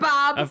Bob